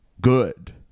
good